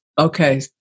Okay